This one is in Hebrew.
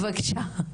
בבקשה.